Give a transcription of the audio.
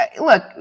Look